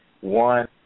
One